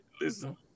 Listen